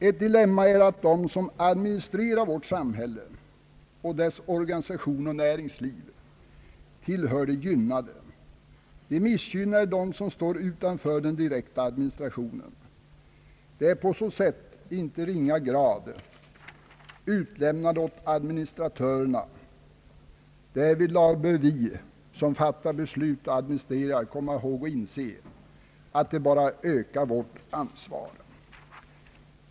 Ett dilemma är att de som administrerar vårt samhälle, dess organisation och näringsliv, tillhör de gynnade. De missgynnade står utanför den direkta administrationen. De är på så sätt i inte ringa grad utlämnade åt administratörerna. Vi som fattar beslut och administrerar bör inse och komma ihåg att detta bara ökar vårt ansvar.